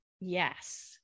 Yes